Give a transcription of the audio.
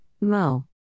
Mo